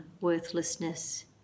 worthlessness